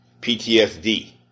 PTSD